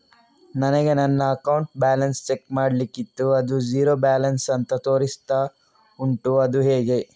ನನಗೆ ನನ್ನ account balance check ಮಾಡ್ಲಿಕ್ಕಿತ್ತು ಅದು ಝೀರೋ ಬ್ಯಾಲೆನ್ಸ್ ಅಂತ ತೋರಿಸ್ತಾ ಉಂಟು ಅದು ಹೇಗೆ?